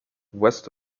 west